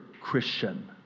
Christian